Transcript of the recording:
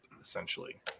essentially